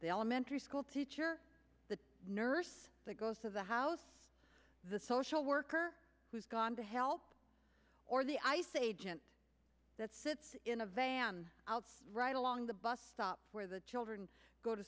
the elementary school teacher the nurse that goes to the house the social worker who's gone to help or the ice agent that sits in a van out right along the bus stop where the children go to